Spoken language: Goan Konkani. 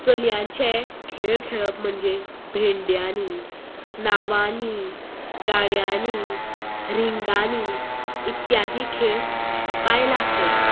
चलयांचे खेळ खेळप म्हणजे भेंड्यांनी नांवांनी गाण्यांनी रिंगानी इत्यादी खेळ बायलां खेळटात